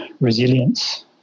resilience